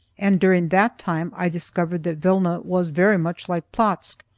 and during that time i discovered that vilna was very much like plotzk,